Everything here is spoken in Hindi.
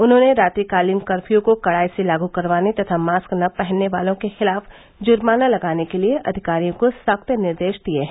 उन्होंने रात्रिकालीन कर्फ्यू को कड़ाई से लागू करवाने तथा मास्क न पहनने वालों के खिलाफ जुर्माना लगाने के लिये अधिकारियों को सख्त निर्देश दिये हैं